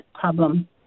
problem